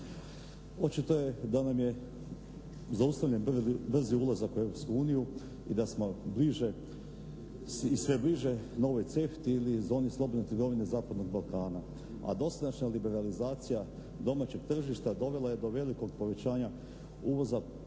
Očito je da nam je zaustavljen brzi ulazak u Europsku uniju i da smo bliže i sve bliže novoj CEFTA-i ili zoni slobodne trgovine zapadnog Balkana. A dosadašnja liberalizacija domaćeg tržišta dovela je do velikog povećanja uvoza